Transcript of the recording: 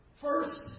First